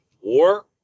War